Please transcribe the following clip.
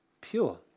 Pure